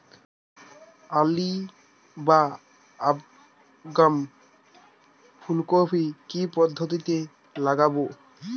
Early বা আগাম ফুল কপি কি পদ্ধতিতে লাগাবো?